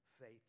faith